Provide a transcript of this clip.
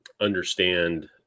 understand